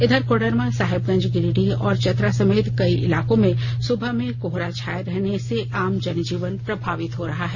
इधर कोडरमा साहेबगंज गिरिडीह और चतरा समेत कई इलाकों में सुबह में कोहरा छाए रहने से आम जनजीवन प्रभावित हो रहा है